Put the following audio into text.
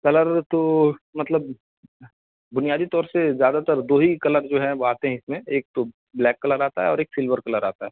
colour تو مطلب بنیادی طور سے زیادہ تر دو ہی کلر جو ہیں وہ آتے ہیں اس میں ایک تو بلیک کلر آتا ہے اور ایک سلور کلر آتا ہے